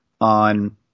on